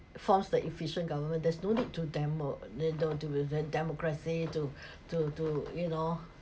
forms the efficient government there's no need for demo~ they don't need democracy to to to you know yeah that's